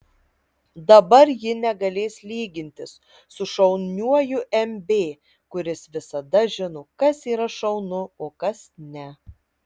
dabar ji negalės lygintis su šauniuoju mb kuris visada žino kas yra šaunu o kas ne